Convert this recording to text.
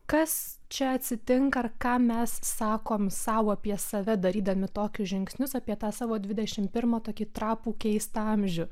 kas čia atsitinka ir ką mes sakom sau apie save darydami tokius žingsnius apie tą savo dvidešimt pirmą tokį trapų keistą amžių